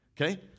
okay